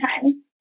time